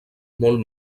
molt